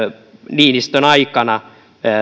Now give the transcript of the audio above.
niinistön aikana